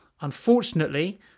unfortunately